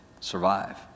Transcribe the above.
survive